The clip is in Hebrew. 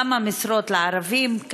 2. כמה משרות לערבים?